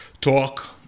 talk